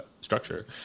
structure